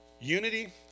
Unity